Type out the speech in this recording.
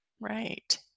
Right